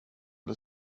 det